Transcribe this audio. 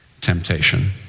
temptation